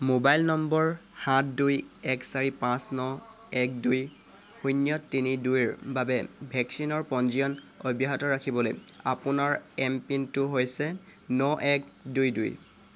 mobile number সাত দুই এক চাৰি পাঁচ ন এক দুই শূন্য তিনি দুইৰ বাবে ভেকচিনৰ পঞ্জীয়ন অব্যাহত ৰাখিবলৈ আপোনাৰ এমপিনটো হৈছে ন এক দুই দুই